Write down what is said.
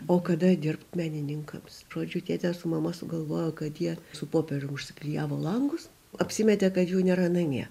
o kada dirbt menininkams žodžiu tėtė su mama sugalvojo kad jie su popieriu užsiklijavo langus apsimetė kad jų nėra namie